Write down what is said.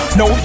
no